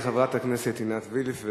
חברת הכנסת עינת וילף,